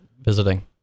visiting